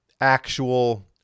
actual